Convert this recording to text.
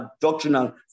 doctrinal